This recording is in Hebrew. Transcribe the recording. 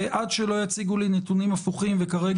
רשות האוכלוסין וההגירה לעשות זה להאריך עד ה-30.6 לאלה שנתנו